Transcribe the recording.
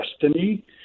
destiny